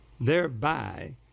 thereby